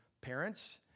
parents